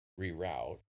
reroute